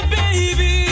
baby